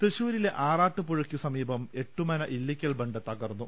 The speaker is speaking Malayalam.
തൃശൂരിലെ ആറാട്ടുപുഴയ്ക്കു സമീപം എട്ടുമന ഇല്ലിയ്ക്കൽ ബണ്ട് തകർന്നു